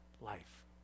life